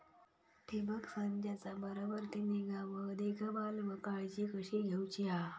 ठिबक संचाचा बराबर ती निगा व देखभाल व काळजी कशी घेऊची हा?